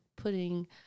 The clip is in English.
putting